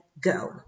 go